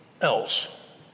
else